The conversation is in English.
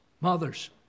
mothers